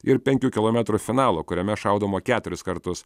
ir penkių kilometrų finalo kuriame šaudoma keturis kartus